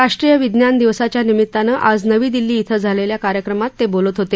राष्ट्रीय विज्ञान दिवसाच्या निमित्तानं आज नवी दिल्ली इथं झालेल्या कार्यक्रमात ते बोलत होते